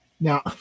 Now